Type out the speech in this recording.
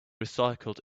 recycled